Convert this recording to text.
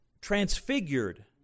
transfigured